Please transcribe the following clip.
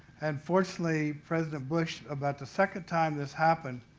and fortunately president bush, about the second time this happened,